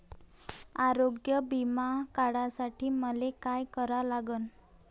आरोग्य बिमा काढासाठी मले काय करा लागन?